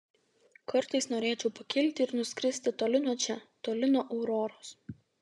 kartais norėčiau pakilti ir nuskristi toli nuo čia toli nuo auroros